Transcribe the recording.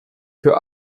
für